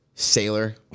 sailor